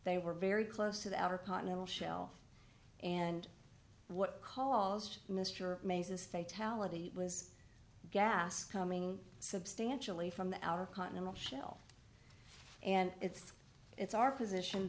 they were very close to the outer continental shelf and what caused mr mayes's say tallaght was gas coming substantially from the outer continental shelf and it's it's our position